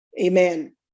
amen